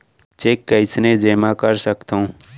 Cheque कईसने जेमा कर सकथो?